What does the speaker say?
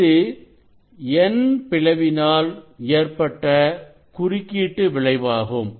இது N பிளவினால் ஏற்பட்ட குறுக்கிட்டு விளைவாகும்